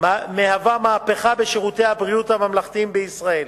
מהווה מהפכה בשירותי הבריאות הממלכתיים בישראל.